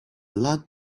lot